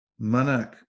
manak